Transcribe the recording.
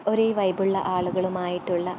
ഒരേ വൈബുള്ള ആളുകളുമായിട്ടുള്ള